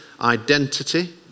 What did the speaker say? identity